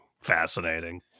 Fascinating